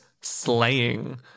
slaying